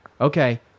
okay